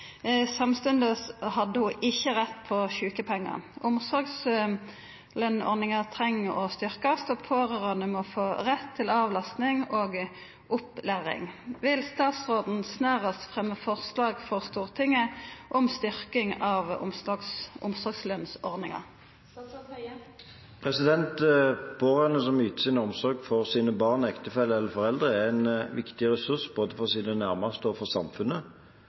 samstundes hadde ho ikkje rett på sjukepengar. Omsorgslønsordninga trengst å styrkast, og pårørande må få rett til avlastning og opplæring. Vil statsråden snarast fremma forslag for Stortinget om styrking av omsorgslønsordninga?» Pårørende som yter omsorg for sine barn, ektefeller eller foreldre, er en viktig ressurs både for sine nærmeste og for samfunnet.